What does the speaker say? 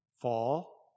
fall